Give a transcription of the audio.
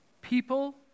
People